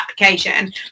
application